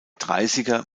dreißiger